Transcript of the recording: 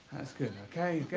that's good. okay,